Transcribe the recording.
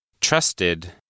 trusted